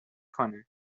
کنه